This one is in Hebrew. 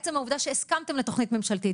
עצם העובדה שהסכמתם לתוכנית ממשלתית